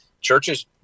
Churches